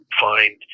find